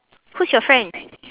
who's your friend